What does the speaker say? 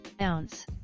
ounce